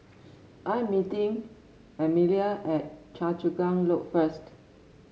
I am meeting Amalie at Choa Chu Kang Loop first